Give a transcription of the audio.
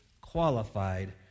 qualified